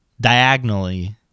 diagonally